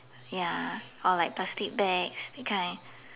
ya or like plastic bags that kind